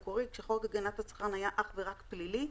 כשחוק הגנת הצרכן היה אך ורק פלילי.